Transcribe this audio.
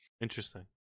Interesting